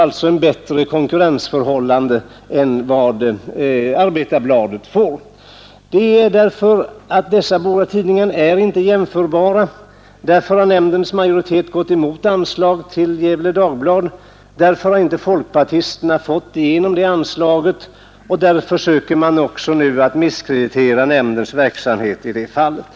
Gefle Dagblads konkurrensförhållanden blir därmed mycket bättre än Arbetarbladets. De båda tidningarna är inte jämförbara, och därför har nämndens majoritet gått emot förslaget om bidrag till Gefle Dagblad. Folkpartisterna har alltså inte fått igenom det anslaget, och därför försöker man nu misskreditera nämndens verksamhet i det fallet.